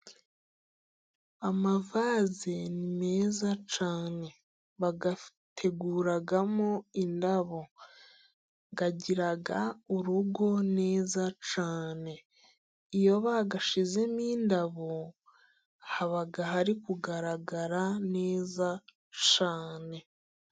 Amavase ni meza cyane, bayateguramo indabo, agira urugo neza cyane. Iyo ba bayashizemo indabo, haba hari kugaragara neza cyane.